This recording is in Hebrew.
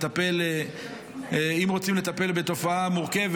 אם רוצים לטפל בתופעה מורכבת,